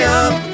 up